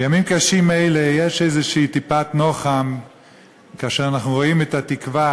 בימים קשים אלה יש איזו טיפת נוחם כאשר אנחנו רואים את התקווה,